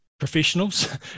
professionals